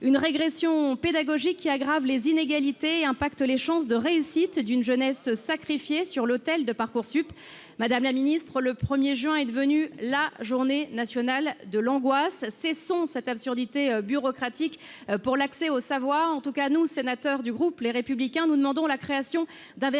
d'une régression pédagogique, qui aggrave les inégalités et obère les chances de réussite d'une jeunesse sacrifiée sur l'autel de Parcoursup. Madame la ministre, le 1 juin est devenu la journée nationale de l'angoisse ! Cessons cette absurdité bureaucratique pour l'accès au savoir ! Nous, sénateurs du groupe Les Républicains, demandons la création d'un véritable